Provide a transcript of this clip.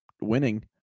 winning